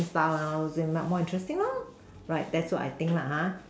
style and all those thing more interesting lah right that's what I think lah !huh!